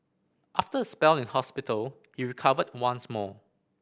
after a spell in hospital he recovered once more